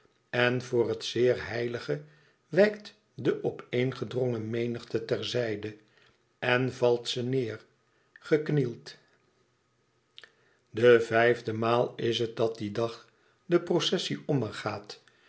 en voor het zeer heilige wijkt de opeengedrongen menigte terzijde en valt ze neêr geknield de vijfde maal is het dat dien dag de processie ommegaat